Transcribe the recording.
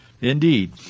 Indeed